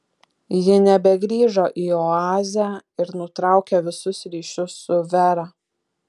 ji nebegrįžo į oazę ir nutraukė visus ryšius su vera